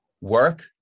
work